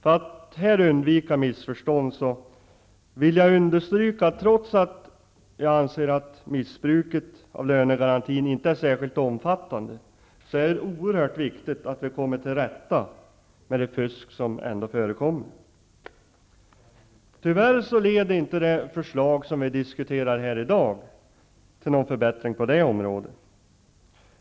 För att här undvika missförstånd vill jag understryka, att trots att jag anser att missbruket av lönegarantin inte är särskilt omfattande är det oerhört viktigt att vi kommer till rätta med det fusk som ändå förekommer. Tyvärr leder inte det förslag som vi i dag diskuterar till någon förbättring på det området.